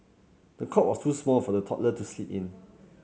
the cot was too small for the toddler to sleep in